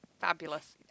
Fabulous